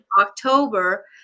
october